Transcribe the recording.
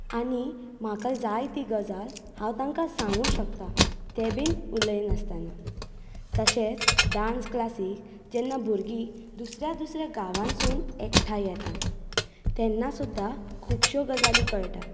आनी म्हाका जाय ती गजाल हांव तांकां सांगूंक शकता ते बी उलय नासताना तशेंच डान्स क्लासीक जेन्ना भुरगीं दुसऱ्या दुसऱ्या गांवांसून एकठांय येतात तेन्ना सुद्दा खूबश्यो गजाली कळटात